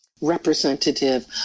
representative